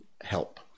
help